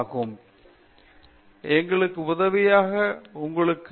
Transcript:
பேராசிரியர் பிரதாப் ஹரிதாஸ் சரி பெரியது